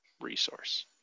resource